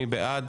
מי בעד?